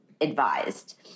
advised